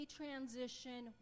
transition